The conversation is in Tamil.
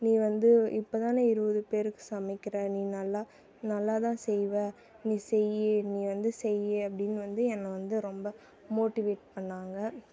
நீ வந்து இப்போ தான இருபது பேருக்கு சமைக்கிறே நீ நல்லா நல்லா தான் செய்வே நீ செய் நீ வந்து செய் அப்படின்னு வந்து என்னை வந்து ரொம்ப மோட்டிவேட் பண்ணிணாங்க